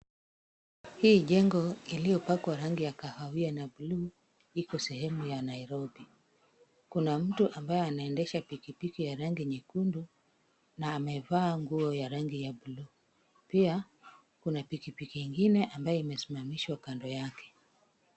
Hii jengo iliyopakwa rangi ya kahawia na blue iko sehemu ya Nairobi. Kuna mtu ambaye anaendesha pikipiki ya rangi nyekundu na amevaa nguo ya rangi ya blue . Pia, kuna pikipiki ingine ambayo imesimamishwa kando yake.